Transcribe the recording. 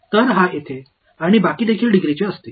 तर हा येथे आणि बाकी देखील डिग्रीचे असतील